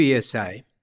PSI